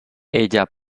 ella